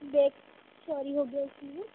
bag चोरी हो गया इसलिए